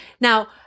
Now